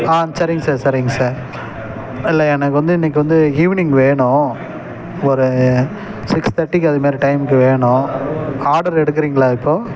ஆ சரிங்க சார் சரிங்க சார் இல்லை எனக்கு வந்து இன்றைக்கி வந்து ஈவினிங் வேணும் ஒரு சிக்ஸ் தேர்ட்டிக்கு அது மாரி டைம்முக்கு வேணும் ஆட்ரு எடுக்குறீர்களா இப்போது